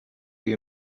you